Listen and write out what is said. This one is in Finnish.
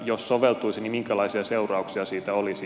jos soveltuisi niin minkälaisia seurauksia siitä olisi